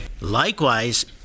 Likewise